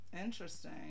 interesting